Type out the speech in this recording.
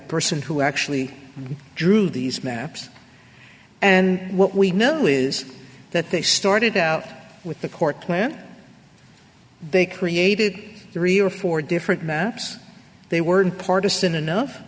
person who actually drew these maps and what we know is that they started out with the court when they created three or four different maps they weren't partisan enough